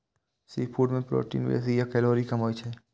seafood मे protein बेसी आ कैलोरी कम होइ छै